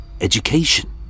education